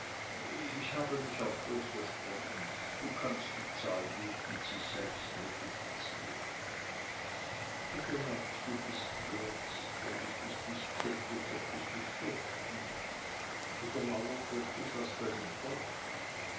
ich habe mich auch bloß versprochen du kannst die zahl gut mit sich selbst multiplizieren wie galant du bist geert wenn ich dich nicht kennte könnt ich mich fürchten oder lauert wirklich was dahinter